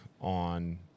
on